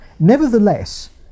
Nevertheless